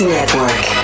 Network